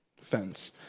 fence